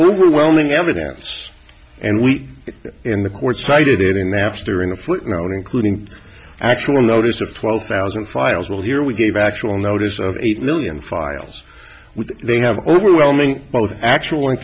overwhelming evidence and we in the court cited it in napster in a footnote including actual notice of twelve thousand files well here we gave actual notice of eight million files they have overwhelming both actual